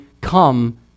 come